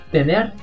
Tener